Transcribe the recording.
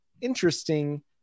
interesting